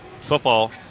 football